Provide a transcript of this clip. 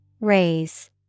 Raise